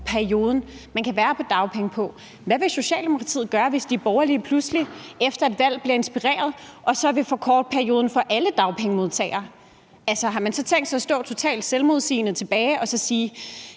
periode, de unge kan være på dagpenge. Hvad vil Socialdemokratiet gøre, hvis de borgerlige pludselig efter et valg bliver inspireret og så vil forkorte perioden for alle dagpengemodtagere? Altså, har man så tænkt sig at stå totalt selvmodsigende tilbage og så sige: